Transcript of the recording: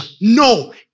No